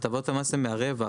הטבות המס הן מהרווח.